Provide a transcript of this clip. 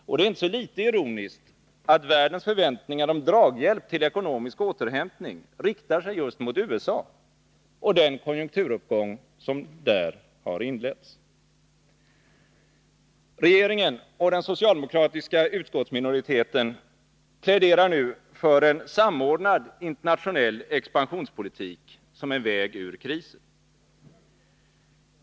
Och det ärinte så litet ironiskt att världens förväntningar om draghjälp till ekonomisk återhämtning riktar sig just mot USA och den konjunkturuppgång som där har inletts. Regeringen och den socialdemokratiska utskottsminoriteten pläderar nu för en samordnad internationell expansionspolitik som en väg ur krisen.